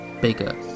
bigger